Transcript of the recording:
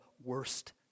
worst